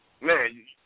man